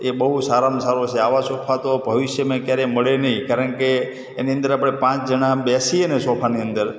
એ બહુ સારામાં સારો છે આવા સોફા તો ભવિષ્યમાં ક્યારેય મળે નહીં કારણ કે એની અંદર આપણે પાંચ જણા બેસીએ ને સોફાની અંદર